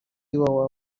iwawa